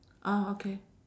ah okay